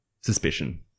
suspicion